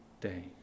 day